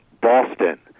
Boston